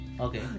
Okay